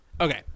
okay